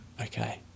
Okay